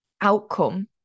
outcome